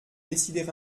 décider